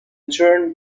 return